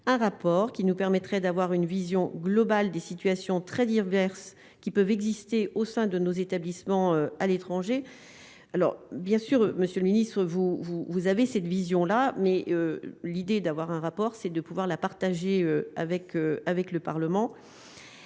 un rapport qui nous permettrait d'avoir une vision globale des situations très diverses, qui peuvent exister au sein de nos établissements à l'étranger, alors bien sûr, monsieur le ministre, vous, vous avez cette vision-là, mais l'idée d'avoir un rapport c'est de pouvoir la partager avec avec le Parlement,